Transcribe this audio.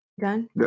Done